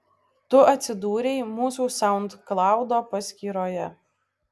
tu atsidūrei mūsų saundklaudo paskyroje